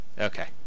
Okay